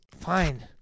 Fine